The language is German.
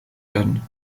werden